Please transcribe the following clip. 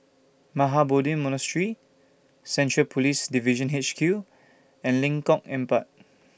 Mahabodhi Monastery Central Police Division H Q and Lengkok Empat